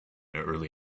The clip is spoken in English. early